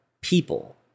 people